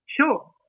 Sure